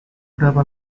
berapa